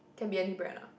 can be any brand ah